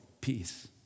peace